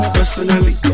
Personally